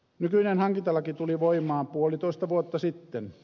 nykyinen hankintalaki tuli voimaan puolitoista vuotta sitten